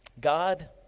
God